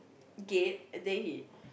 gate and then he